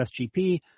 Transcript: SGP